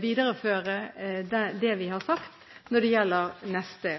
videreføre det vi har sagt når det gjelder neste